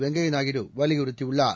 வெங்கைய நாயுடு வலியுறுத்தியுள்ளார்